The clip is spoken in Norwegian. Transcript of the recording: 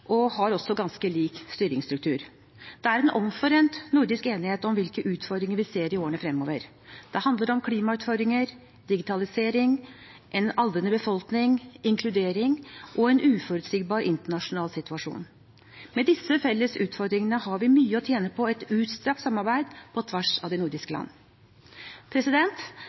og har også ganske lik styringsstruktur. Det er en omforent nordisk enighet om hvilke utfordringer vi ser i årene fremover. Det handler om klimautfordringer, digitalisering, en aldrende befolkning, inkludering og en uforutsigbar internasjonal situasjon. Med disse felles utfordringene har vi mye å tjene på et utstrakt samarbeid på tvers av de nordiske land.